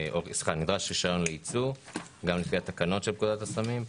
רישיון לייצוא גם לפי תקנות פקודת הסמים.